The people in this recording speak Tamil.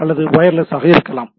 அல்லது வயர்லெஸ் ஆக இருக்கலாம்